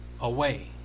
away